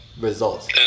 results